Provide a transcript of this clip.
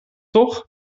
toch